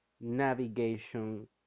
navigation